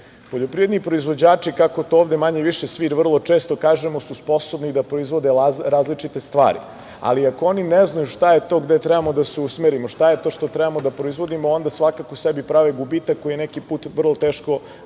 Poljoprivredni proizvođači, kako to ovde manje-više svi vrlo često kažemo, su sposobni da proizvode različite stvari, ali ako oni ne znaju šta je to gde trebamo da se usmerimo, šta je to što trebamo da proizvodimo, onda svakako sebi prave gubitak koji je neki put vrlo teško